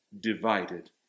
divided